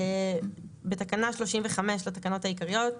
בתקנה 35 לתקנות העיקריות,